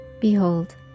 Behold